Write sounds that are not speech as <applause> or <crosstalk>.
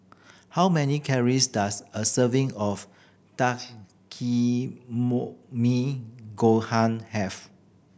how many calories does a serving of <unintelligible> gohan have